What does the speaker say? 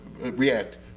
react